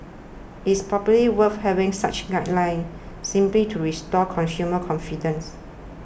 it is probably worth having such guidelines simply to restore consumer confidence